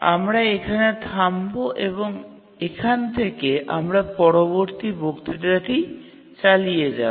আমরা এখানে থামব এবং এখান থেকে আমরা পরবর্তী বক্তৃতাটি চালিয়ে যাব